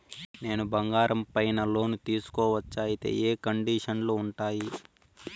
నేను బంగారం పైన లోను తీసుకోవచ్చా? అయితే ఏ కండిషన్లు ఉంటాయి?